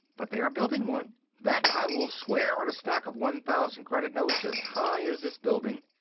but they are building one that i will swear on a stack of one thousand credit notes as high as this building.